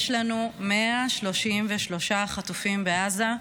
יש לנו 133 חטופים בעזה,